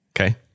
Okay